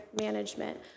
management